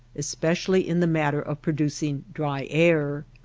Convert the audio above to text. especially in the matter of producing dry air.